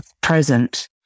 present